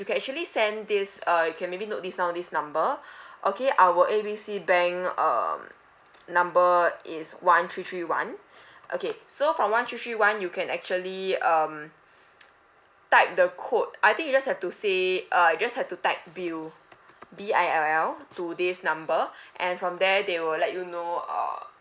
you can actually send this uh you can maybe note this down this number okay our A B C bank um number is one three three one okay so from one three three one you can actually um type the code I think you just have to say uh you just have to type bill B I L L to this number and from there they will let you know uh